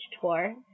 tour